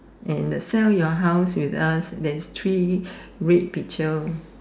and the sell your house with us there's three red picture